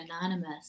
anonymous